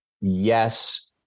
yes